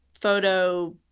photo